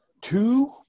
two